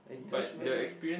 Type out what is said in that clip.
I just went